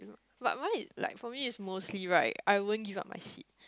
but mine i~ like for me is mostly right I won't give up my seat